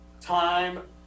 time